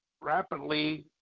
Rapidly